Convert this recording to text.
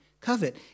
covet